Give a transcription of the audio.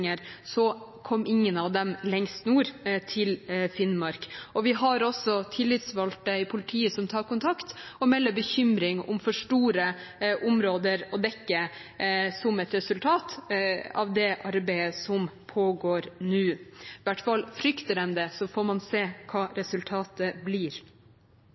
kom ingen av dem lengst nord, til Finnmark, og vi har også tillitsvalgte i politiet som tar kontakt og melder bekymring over for store områder å dekke som et resultat av det arbeidet som pågår nå. I hvert fall frykter de det – så får man se hva resultatet blir.